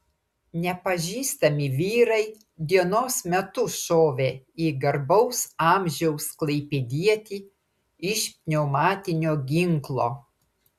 nepažįstami vyrai dienos metu šovė į garbaus amžiaus klaipėdietį iš pneumatinio ginklo